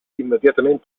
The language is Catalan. immediatament